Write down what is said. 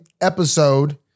episode